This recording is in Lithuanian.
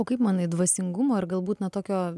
o kaip manai dvasingumo ar galbūt net tokio